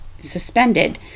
suspended